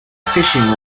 fishing